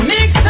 Mix